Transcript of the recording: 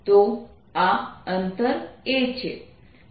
તો આ અંતર a છે